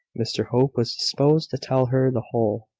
mr hope was disposed to tell her the whole,